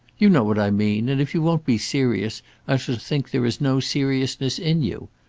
you know what i mean, and if you won't be serious i shall think there is no seriousness in you.